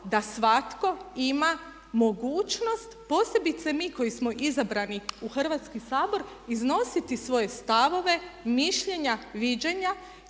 da svatko ima mogućnost posebice mi koji smo izabrani u Hrvatski sabor iznositi svoje stavove, mišljenja, viđenja